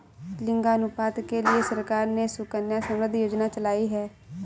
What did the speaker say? लिंगानुपात के लिए सरकार ने सुकन्या समृद्धि योजना चलाई है